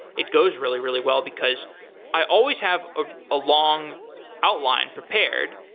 it goes really, really well, because i always have a ah long outline prepared,